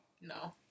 no